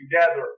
together